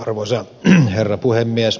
arvoisa herra puhemies